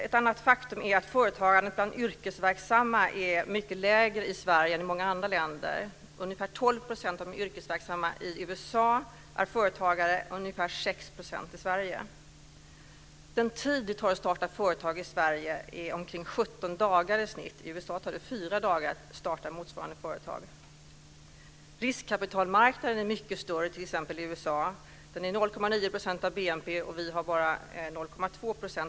Ett annat faktum är att företagandet bland yrkesverksamma är mycket lägre i Sverige än i många andra länder. Ungefär 12 % av de yrkesverksamma i USA är företagare mot ungefär 6 % i Sverige. Den tid det tar att starta företag i Sverige är i snitt omkring 17 dagar. I USA tar det fyra dagar att starta motsvarande företag. Riskkapitalmarknaden är mycket stor t.ex. i USA. Den är där 0,9 % av BNP, och hos oss är den bara 0,2 %.